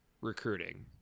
recruiting